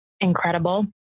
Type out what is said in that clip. incredible